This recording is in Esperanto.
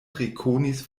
rekonis